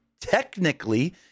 technically